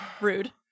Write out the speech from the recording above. Rude